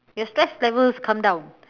your stress levels come down